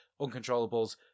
Uncontrollables